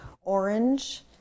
orange